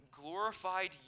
glorified